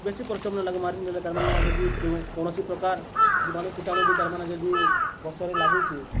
ବେଶୀ ପରିଶ୍ରମ୍ ନାଇ ଲାଗେ ମାରି ନେଲେ ତା'ର୍ମାନେ ଯଦି କୌଣସି ପ୍ରକାର୍ ଜୀବାଣୁ କୀଟାଣୁ ବି ତା'ର୍ମାନେ ଯଦି ଗଛରେ ଲାଗୁଛେ